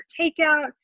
takeout